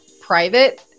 private